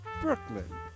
Brooklyn